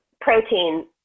protein